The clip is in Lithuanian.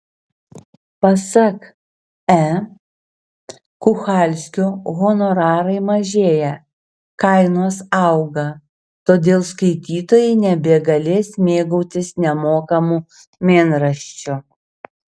pasak e kuchalskio honorarai mažėja kainos auga todėl skaitytojai nebegalės mėgautis nemokamu mėnraščiu